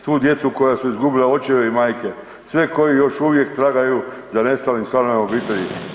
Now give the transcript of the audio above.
Svu djecu koja su izgubila očeve i majke, sve koji još uvijek tragaju za nestalim članovima obitelji.